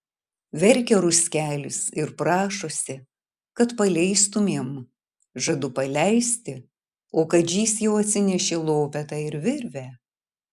verkia ruskelis ir prašosi kad paleistumėm žadu paleisti o kadžys jau atsinešė lopetą ir virvę